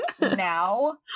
now